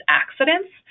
accidents